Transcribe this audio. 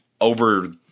over